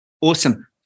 Awesome